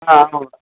ஆ ஆமாம் மேடம்